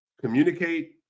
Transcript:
communicate